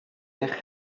eich